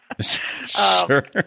Sure